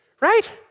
right